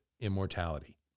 immortality